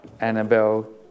Annabelle